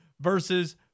versus